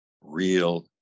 real